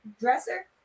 dresser